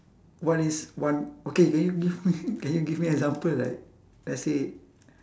what is one okay can you give me can you give me example like let's say